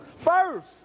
first